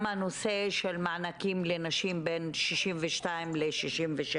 גם הנושא של מענקים לנשים בגילאי 62 ל-67,